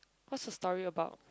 what's the story about